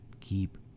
keep